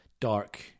dark